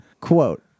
quote